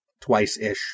twice-ish